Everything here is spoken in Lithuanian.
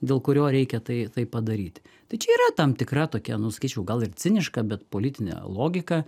dėl kurio reikia tai taip padaryti tai čia yra tam tikra tokia nu sakyčiau gal ir ciniška bet politinė logika